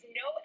no